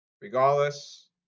regardless